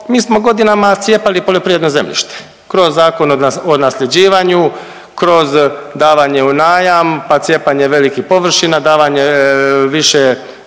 mi smo godinama cijepali poljoprivredno zemljište, kroz Zakon o nasljeđivanju, kroz davanje u najam, pa cijepanje velikih površina, davanje više,